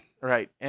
Right